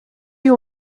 you